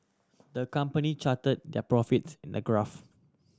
the company charted their profits in the graph